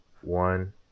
one